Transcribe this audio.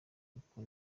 kuko